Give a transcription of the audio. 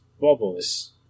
Bubbles